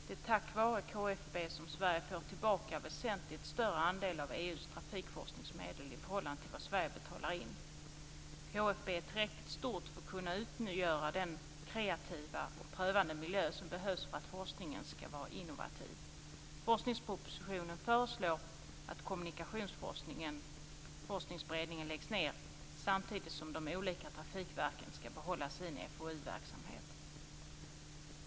Det är tack vare KFB som Sverige får tillbaka väsentligt större andel av EU:s trafikforskningsmedel i förhållande till vad Sverige betalar in. KFB är tillräckligt stort för att kunna utgöra den kreativa och prövande miljö som behövs för att forskningen ska vara innovativ. Forskningspropositionen föreslår att Kommunikationsforskningsberedningen läggs ned samtidigt som de olika trafikverken ska behålla sin FoU-verksamhet.